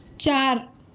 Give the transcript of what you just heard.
چار